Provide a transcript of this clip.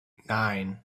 nine